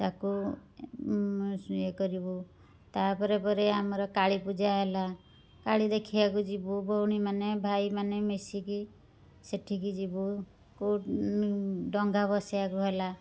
ତାକୁ ଇଏ କରିବୁ ତା ପରେ ପରେ ଆମର କାଳୀପୂଜା ହେଲା କାଳୀ ଦେଖିଆକୁ ଯିବୁ ଭଉଣୀମାନେ ଭାଇମାନେ ମିଶିକି ସେଠିକି ଯିବୁ କୋ ଡଙ୍ଗା ଭସେଇଆକୁ ହେଲା